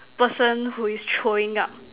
person who is throwing up